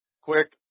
quick